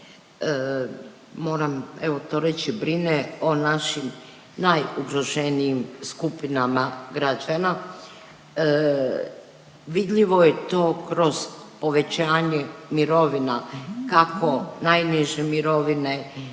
moram to reći evo brine o našim najugroženijim skupinama građana. Vidljivo je to kroz povećanje mirovina kako najniže mirovine